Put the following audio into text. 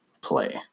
play